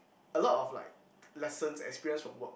a lot of like lessons experience from work